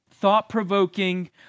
thought-provoking